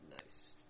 nice